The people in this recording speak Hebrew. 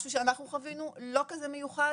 משהו שאנחנו חווינו לא כזה מיוחד,